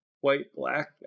White-Black